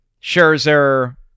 Scherzer